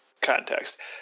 context